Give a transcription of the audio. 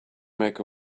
make